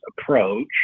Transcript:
approach